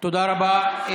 תודה רבה.